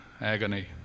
agony